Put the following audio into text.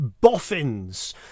boffins